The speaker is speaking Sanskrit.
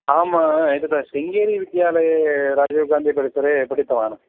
अहम् एतद् श्रिङ्गेरिविद्यालये राजीव् गान्धिपरिसरे पठितवान्